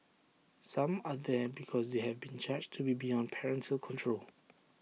some are there because they have been judged to be beyond parental control